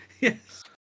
Yes